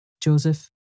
Joseph